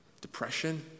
depression